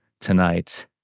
tonight